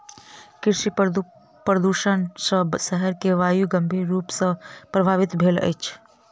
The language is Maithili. कृषि प्रदुषण सॅ शहर के वायु गंभीर रूप सॅ प्रभवित भेल अछि